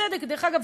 דרך אגב,